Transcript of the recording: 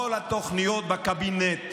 כל התוכניות בקבינט,